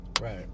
Right